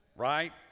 right